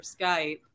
Skype